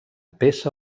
peça